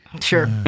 sure